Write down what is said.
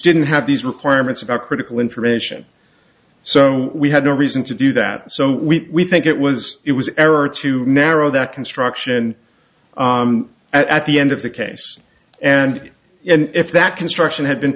didn't have these requirements of a critical information so we had no reason to do that so we think it was it was error to narrow that construction at the end of the case and and if that construction had been